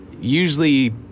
usually